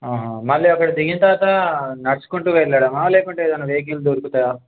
మళ్ళీ అక్కడ దిగిన తర్వాత నడుచుకుంటూ వెళ్ళడమా లేకుంటే ఏదైనా వెహికల్ దొరుకుతాయా